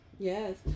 Yes